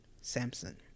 Samson